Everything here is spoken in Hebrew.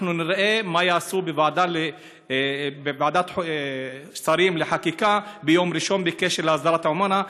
אנחנו נראה מה יעשו בוועדת שרים לחקיקה ביום ראשון בקשר להסדר עמונה,